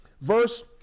verse